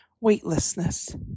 weightlessness